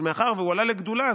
אבל מאחר שהוא עלה לגדולה,